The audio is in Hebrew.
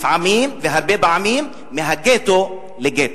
לפעמים, והרבה פעמים, מהגטו לגטו.